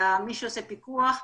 מי שעושה פיקוח,